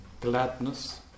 Gladness